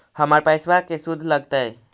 हमर पैसाबा के शुद्ध लगतै?